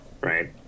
Right